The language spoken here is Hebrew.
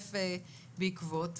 התווסף בעקבות,